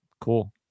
cool